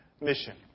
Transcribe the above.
Mission